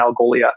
Algolia